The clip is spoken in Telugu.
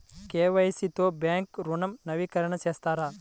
కే.వై.సి తో బ్యాంక్ ఋణం నవీకరణ చేస్తారా?